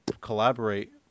collaborate